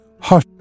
Hush